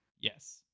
Yes